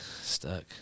stuck